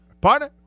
partner